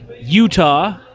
Utah